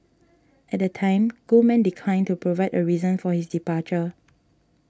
at the time Goldman declined to provide a reason for his departure